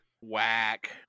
Whack